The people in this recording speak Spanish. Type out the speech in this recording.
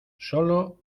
solo